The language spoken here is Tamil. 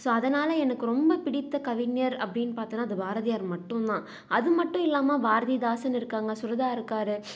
ஸோ அதனால் எனக்கு ரொம்ப பிடித்த கவிஞர் அப்படின்னு பார்த்தனா அது பாரதியார் மட்டும்தான் அது மட்டும் இல்லாமல் பாரதிதாசன் இருக்காங்க சுரதா இருக்கார்